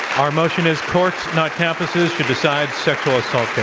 our motion is courts, not campuses, should decide sexual assault